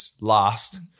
last